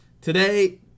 Today